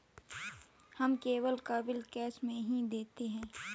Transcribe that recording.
हम केबल का bill cash में ही देते हैं